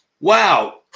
Wow